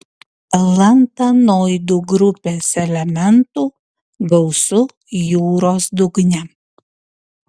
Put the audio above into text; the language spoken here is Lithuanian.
lantanoidų grupės elementų gausu jūros dugne